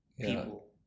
people